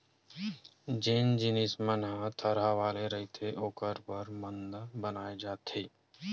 जेन जिनिस मन ह थरहा वाले रहिथे ओखर बर मांदा बनाए जाथे